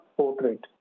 portrait